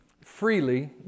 Freely